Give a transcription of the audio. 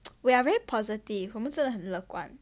we are very positive 我们真的很乐观